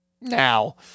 now